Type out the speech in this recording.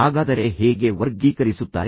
ಹಾಗಾದರೆ ಅವರು ನಿಮ್ಮನ್ನು ಹೇಗೆ ವರ್ಗೀಕರಿಸುತ್ತಾರೆ